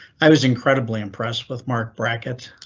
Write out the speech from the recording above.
i was incredibly impressed with mark brackett